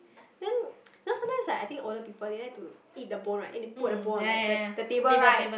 then then sometimes like I think older people they like to eat the bone then they put the bone on the the table right